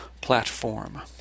platform